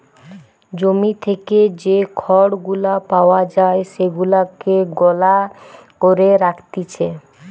জমি থেকে যে খড় গুলা পাওয়া যায় সেগুলাকে গলা করে রাখতিছে